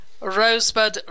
Rosebud